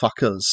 fuckers